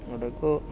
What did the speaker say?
ഇടയ്ക്ക്